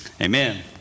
Amen